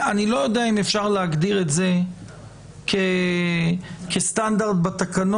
אני לא יודע אם אפשר להגדיר את זה כסטנדרט בתקנות,